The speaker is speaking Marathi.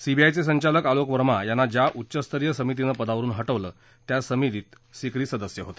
सीबीआय संचालक आलोक वर्मा यांना ज्या उच्च स्तरीय समितीनं पदावरून हटवलं त्या समितीचे सीकरी सदस्य होते